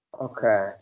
Okay